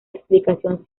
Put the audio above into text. explicación